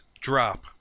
drop